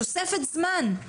תוספת זמן,